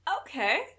Okay